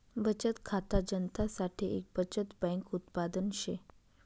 बचत खाता जनता साठे एक बचत बैंक उत्पादन शे